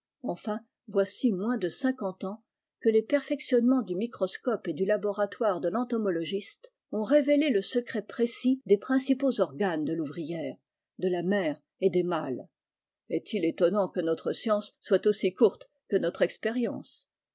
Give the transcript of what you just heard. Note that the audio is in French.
enfin voici moins de cinquante ans que les perfectionnements du microscope et du laboratoire de l'entomologiste ont révélé le secret précis des principaux organes de l'ouvrière de la mère et des mâles est-il étonnant que notre science soit aussi courte que notre expérience